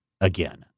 again